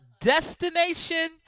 destination